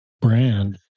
brand